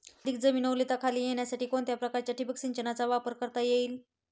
अधिक जमीन ओलिताखाली येण्यासाठी कोणत्या प्रकारच्या ठिबक संचाचा वापर करता येईल?